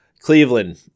Cleveland